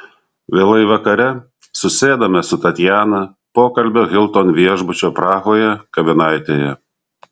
vėlai vakare susėdame su tatjana pokalbio hilton viešbučio prahoje kavinaitėje